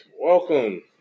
Welcome